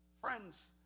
Friends